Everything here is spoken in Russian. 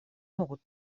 могут